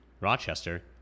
Rochester